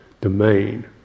domain